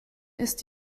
ist